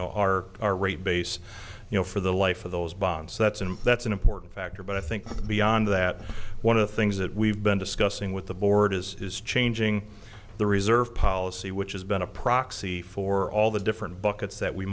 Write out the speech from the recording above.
know our our rate base you know for the life of those bonds so that's and that's an important factor but i think beyond that one of the things that we've been discussing with the board is is changing the reserve policy which has been a proxy for all the different buckets that we